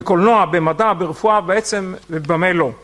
קולנוע במדע ברפואה בעצם במה לא